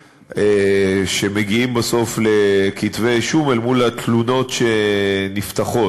שמגיעים בסוף לכתבי-אישום אל מול התלונות שנפתחות.